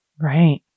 Right